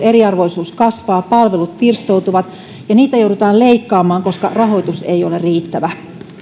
eriarvoisuus kasvaa palvelut pirstoutuvat ja niitä joudutaan leikkaamaan koska rahoitus ei ole riittävä